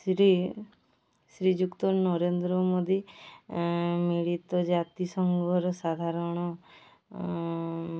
ଶ୍ରୀ ଶ୍ରୀଯୁକ୍ତ ନରେନ୍ଦ୍ର ମୋଦୀ ମିଳିତ ଜାତି ସଂଘରେ ସାଧାରଣ